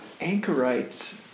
anchorites